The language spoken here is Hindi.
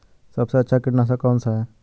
सबसे अच्छा कीटनाशक कौन सा है?